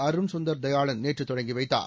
அருண் சுந்தர் தயாளன் நேற்று தொடங்கி வைத்தார்